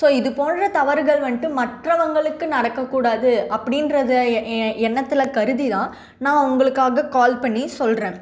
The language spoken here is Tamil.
ஸோ இதுப்போன்ற தவறுகள் வந்துட்டு மற்றவங்களுக்கு நடக்கக்கூடாது அப்படின்றது எண்ணத்தில் கருதி தான் நான் உங்களுக்காக கால் பண்ணி சொல்லுறேன்